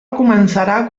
començarà